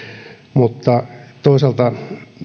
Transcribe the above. mutta toisaalta